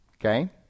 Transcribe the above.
Okay